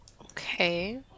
Okay